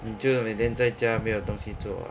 你就每天在家没有东西做 ah